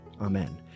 Amen